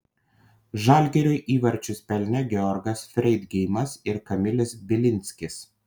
žalgiriui įvarčius pelnė georgas freidgeimas ir kamilis bilinskis